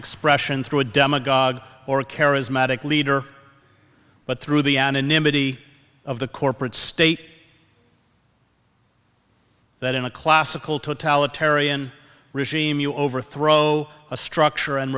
expression through a demagogue or a charismatic leader but through the anonymity of the corporate state that in a classical totalitarian regime you overthrow a structure and